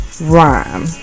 Rhyme